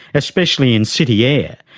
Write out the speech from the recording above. especially in city air,